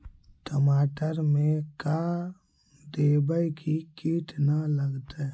टमाटर में का देबै कि किट न लगतै?